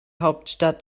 hauptstadt